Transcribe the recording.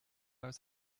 als